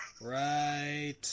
right